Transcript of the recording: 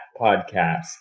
podcast